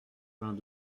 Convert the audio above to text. vingt